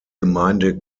gemeinde